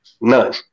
none